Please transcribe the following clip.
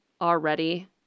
already